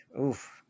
oof